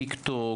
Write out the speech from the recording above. טיקטוק,